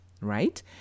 right